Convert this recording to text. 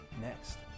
next